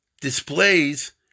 displays